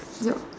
yup